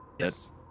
Yes